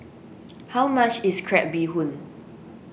how much is Crab Bee Hoon